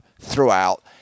throughout